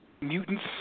mutants